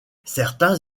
certains